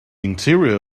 interior